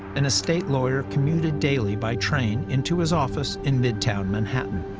an estate lawyer commuted daily by train in to his office in midtown manhattan.